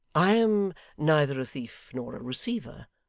i am neither a thief nor a receiver.